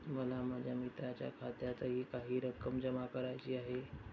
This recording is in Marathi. मला माझ्या मित्राच्या खात्यातही काही रक्कम जमा करायची आहे